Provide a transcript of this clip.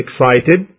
excited